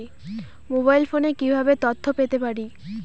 Mobile ফোনে কিভাবে তথ্য পেতে পারি?